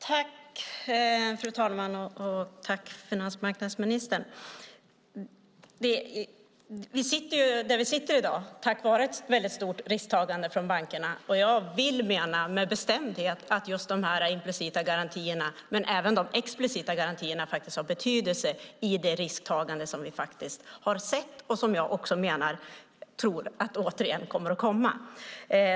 Fru talman! Tack, finansmarknadsministern! Vi sitter där vi sitter i dag på grund av ett väldigt stor risktagande från bankerna. Jag vill med bestämdhet mena att just de implicita garantierna, men även de explicita garantierna, har betydelse i det risktagande som vi har sett och som jag tror åter kommer att ske.